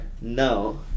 No